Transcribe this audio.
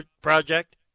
project